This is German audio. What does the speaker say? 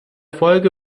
folge